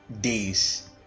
days